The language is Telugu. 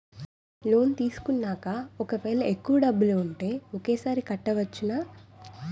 లోన్ తీసుకున్నాక ఒకవేళ ఎక్కువ డబ్బులు ఉంటే ఒకేసారి కట్టవచ్చున?